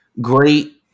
great